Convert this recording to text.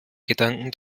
gedanken